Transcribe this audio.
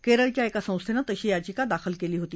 केरळच्या एका संस्थेनं तशी याचिका दाखल केली होती